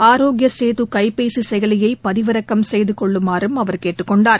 ஆரோக்கிய சேது கைபேசி செயலியை பதிவிறக்கம் செய்து கொள்ளுமாறும் அவர் கேட்டுக்கொண்டார்